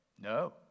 no